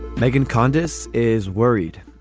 megan candice is worried.